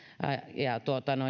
ja